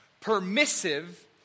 permissive